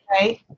Right